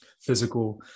physical